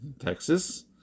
Texas